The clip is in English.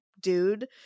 dude